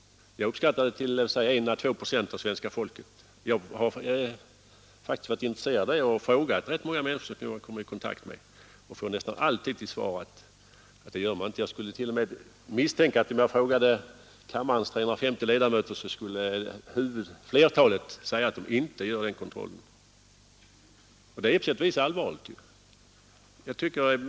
Jag uppskattar det till en å två procent av svenska folket. Jag har faktiskt varit intresserad av det här och frågat rätt många människor som jag kommit i kontakt med. Nästan alltid har jag fått till svar att man inte gör någon sådan kontroll. Jag misstänker att om man frågade kammarens 350 ledamöter, så skulle flertalet säga att de inte gör den kontrollen. Det är på sätt och vis allvarligt.